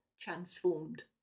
transformed